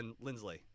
Lindsley